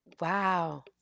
Wow